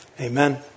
Amen